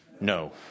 No